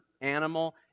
animal